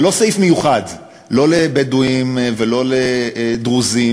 זה לא סעיף מיוחד לא לבדואים ולא לדרוזים,